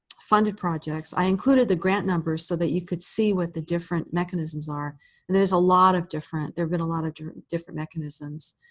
funded projects, i included the grant numbers so that you could see what the different mechanisms are. and there's a lot of different there have been a lot of different different mechanisms.